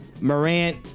morant